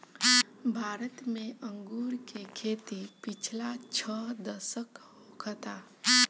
भारत में अंगूर के खेती पिछला छह दशक होखता